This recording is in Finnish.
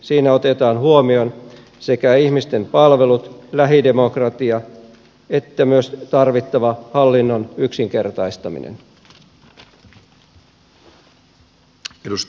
siinä otetaan huomioon sekä ihmisten palvelut lähidemokratia että myös tarvittava hallinnon yksinkertaistaminen